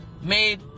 made